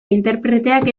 interpreteak